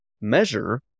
measure